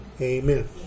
Amen